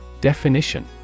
Definition